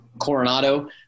Coronado